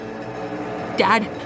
Dad